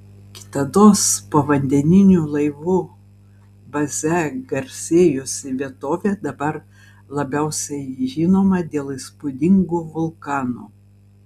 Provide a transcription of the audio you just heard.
kitados povandeninių laivų baze garsėjusi vietovė dabar labiausiai žinoma dėl įspūdingų vulkanų